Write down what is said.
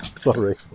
Sorry